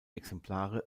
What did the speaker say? exemplare